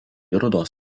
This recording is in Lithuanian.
rudos